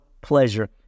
pleasure